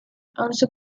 also